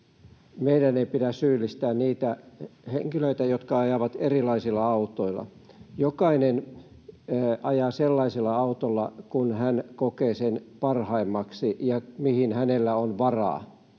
meidän ei pidä syyllistää niitä henkilöitä, jotka ajavat erilaisilla autoilla. Jokainen ajaa sellaisella autolla kuin hän kokee parhaimmaksi ja mihin hänellä on varaa.